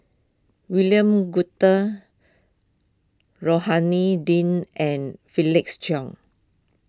William Goode Rohani Din and Felix Cheong